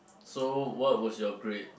so what was your grade